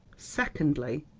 secondly,